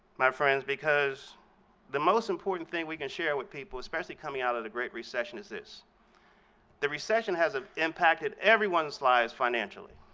my friends, because the most important thing we can share with people, especially coming out of the great recession, is this the recession has impacted everyone's lives financially.